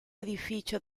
edificio